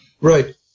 Right